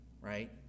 right